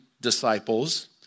disciples